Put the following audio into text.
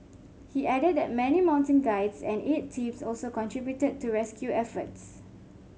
he added that many mountain guides and aid teams also contributed to rescue efforts